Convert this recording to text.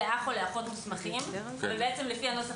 כתוב: לאח או לאחות מוסמכות אבל לפי הנוסח